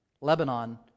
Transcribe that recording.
Lebanon